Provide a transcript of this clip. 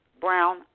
Brown